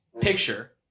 picture